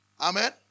Amen